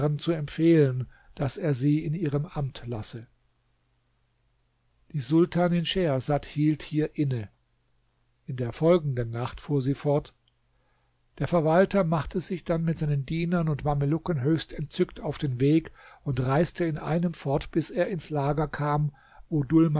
zu empfehlen daß er sie in ihrem amt lasse die sultanin schehersad hielt hier inne in der folgenden nacht fuhr sie fort der verwalter machte sich dann mit seinen dienern und mamelucken höchst entzückt auf den weg und reiste in einem fort bis er ins lager kam wo dhul